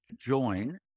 join